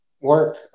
work